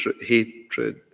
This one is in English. hatred